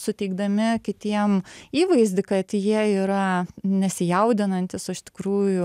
suteikdami kitiem įvaizdį kad jie yra nesijaudinantys o iš tikrųjų